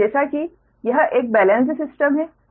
और जैसा कि यह एक बेलेंस्ड सिस्टम है